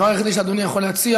הדבר היחיד שאדוני יכול להציע,